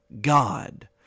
God